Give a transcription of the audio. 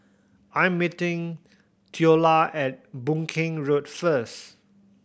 I'm meeting Theola at Boon Keng Road first